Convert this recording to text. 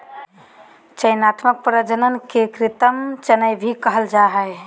चयनात्मक प्रजनन के कृत्रिम चयन भी कहल जा हइ